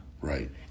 Right